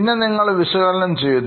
രണ്ടാമത് വിശകലനം ചെയ്തു